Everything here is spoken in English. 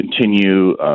continue